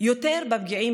יותר בפגיעים